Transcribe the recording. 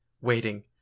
waiting